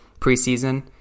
preseason